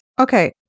Okay